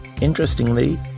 Interestingly